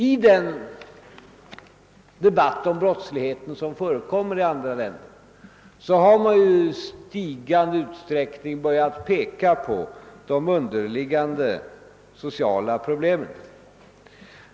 I den debatt om brottsligheten, som förekommer i andra länder, har man i ökande utsträckning börjat peka på de underliggande sociala problemen.